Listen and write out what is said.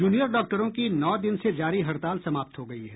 junior डॉक्टरों की नौ दिन से जारी हड़ताल समाप्त हो गयी है